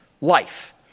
life